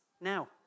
now